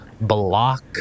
block